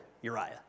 Uriah